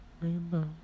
Rainbow